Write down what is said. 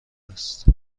است